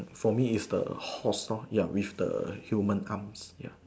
for me is the horse lor ya with the humans arms ya